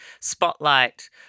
spotlight